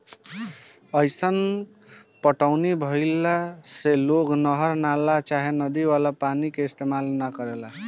अईसन पटौनी भईला से लोग नहर, नाला चाहे नदी वाला पानी के इस्तेमाल न करेला